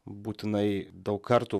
būtinai daug kartų